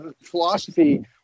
philosophy